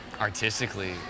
artistically